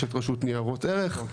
יש את רשות ניירות ערך,